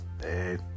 hey